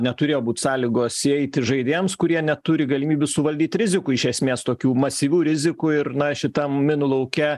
neturėjo būt sąlygos įeiti žaidėjams kurie neturi galimybių suvaldyt rizikų iš esmės tokių masyvių rizikų ir na šitam minų lauke